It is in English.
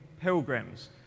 pilgrims